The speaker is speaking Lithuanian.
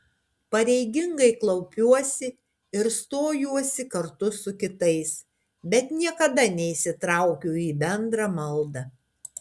pareigingai klaupiuosi ir stojuosi kartu su kitais bet niekada neįsitraukiu į bendrą maldą